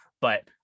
but-